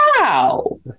Wow